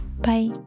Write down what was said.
Bye